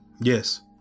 Yes